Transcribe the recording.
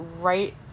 right